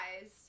guys